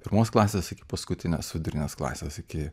pirmos klasės iki paskutinės vidurinės klasės iki